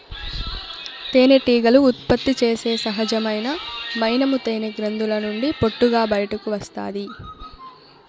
తేనెటీగలు ఉత్పత్తి చేసే సహజమైన మైనము తేనె గ్రంధుల నుండి పొట్టుగా బయటకు వస్తాది